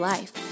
Life